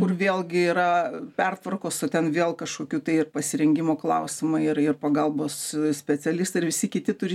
kur vėlgi yra pertvarkos o ten vėl kažkokių tai ir pasirengimo klausimai ir ir pagalbos specialistai ir visi kiti turi